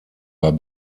war